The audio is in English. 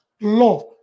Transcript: love